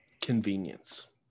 convenience